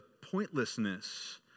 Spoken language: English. pointlessness